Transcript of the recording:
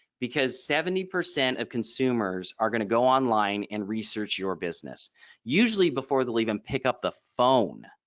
because seventy percent of consumers are going to go online and research your business usually before they'll even pick up the phone.